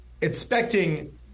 expecting